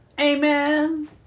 Amen